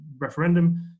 Referendum